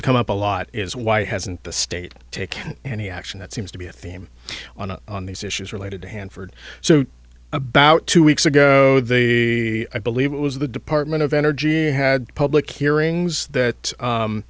to come up a lot is why hasn't the state take any action that seems to be a theme on a on these issues related to hanford so about two weeks ago they i believe it was the department of energy had public hearings that